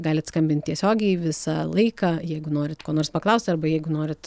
galit skambint tiesiogiai visą laiką jeigu norit ko nors paklausti arba jeigu norit